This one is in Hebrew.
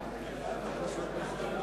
לפרוטוקול.